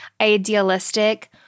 idealistic